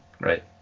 Right